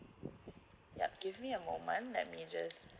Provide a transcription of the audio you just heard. yup give me a moment let me just